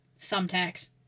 thumbtacks